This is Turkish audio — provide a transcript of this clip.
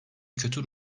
kötü